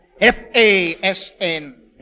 F-A-S-N